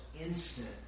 instant